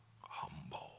humble